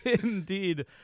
indeed